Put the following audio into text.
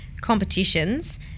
competitions